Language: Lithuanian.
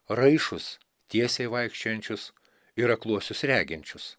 raišus tiesiai vaikščiojančius ir akluosius reginčius